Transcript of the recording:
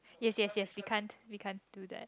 yes yes yes we can't we can't do that